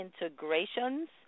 Integrations